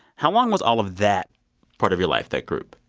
how long was all of that part of your life, that group?